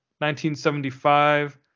1975